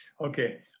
Okay